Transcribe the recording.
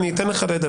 עופר, אני אתן לדבר.